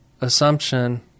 assumption